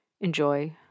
enjoy